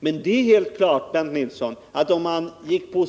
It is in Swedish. Men det är helt klart, Bernt Nilsson, att om man gick efter